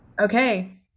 Okay